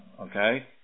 Okay